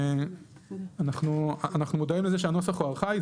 אנחנו מודעים לנוסח שהוא ארכאי,